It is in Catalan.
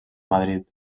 madrid